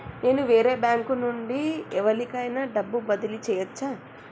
నేను వేరే బ్యాంకు నుండి ఎవలికైనా డబ్బు బదిలీ చేయచ్చా?